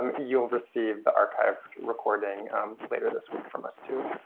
um you'll receive the archived recording later this week from us too.